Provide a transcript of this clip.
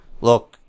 look